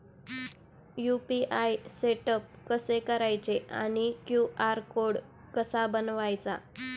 UPI setup कसे करायचे आणि क्यू.आर कोड कसा बनवायचा?